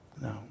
No